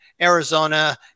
Arizona